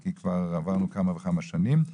כי כבר עברנו כמה וכמה שנים.